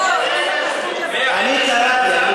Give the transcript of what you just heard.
אני קראתי.